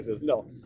no